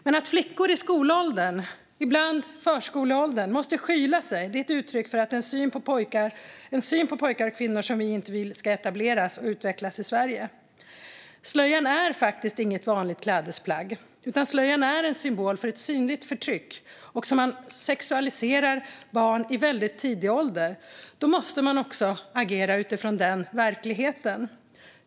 Men att flickor i skolåldern, ibland i förskoleåldern, måste skyla sig är uttryck för en syn på pojkar och flickor som vi inte vill ska etableras och utvecklas i Sverige. Slöjan är faktiskt inget vanligt klädesplagg, utan slöjan är en symbol för ett synligt förtryck och sexualiserar barn i en väldigt tidig ålder. Då måste man också agera utifrån den verkligheten.